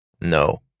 No